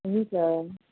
हुन्छ